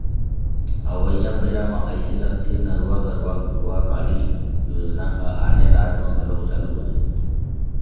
अवइया बेरा म अइसे लगथे नरूवा, गरूवा, घुरूवा, बाड़ी योजना ह आने राज म घलोक चालू हो जाही